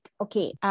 okay